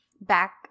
back –